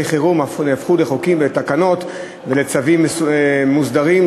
חירום נהפכו לחוקים ולתקנות ולצווים מוסדרים.